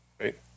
Right